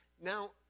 Now